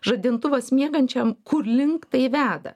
žadintuvas miegančiam kur link tai veda